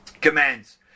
commands